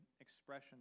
expression